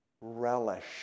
relish